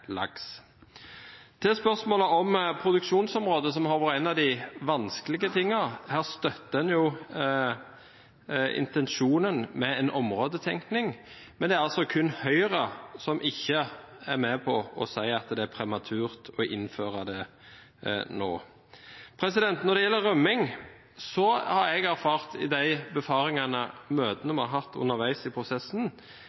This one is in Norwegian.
laks. Til spørsmålet om produksjonsområde, som har vært en av de vanskelige tingene: Her støtter en intensjonen med en områdetenkning, men det er kun Høyre som ikke er med på å si at det er prematurt å innføre det nå. Når det gjelder rømming, har jeg erfart i